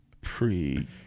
pre